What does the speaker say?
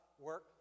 work